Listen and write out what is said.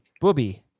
Booby